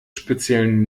speziellen